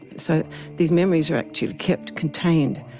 so these memories are actually kept contained,